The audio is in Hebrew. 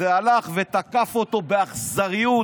והלך ותקף אותו באכזריות